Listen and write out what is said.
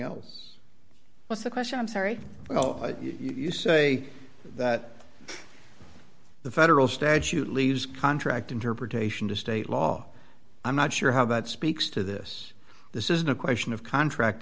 else was the question i'm sorry oh you say that the federal statute leaves contract interpretation to state law i'm not sure how that speaks to this this isn't a question of contract